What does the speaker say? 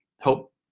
help